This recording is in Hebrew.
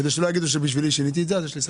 כדי שלא יגידו ששיניתי את זה בשבילי אז יש לי סבלנות.